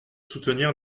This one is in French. soutenir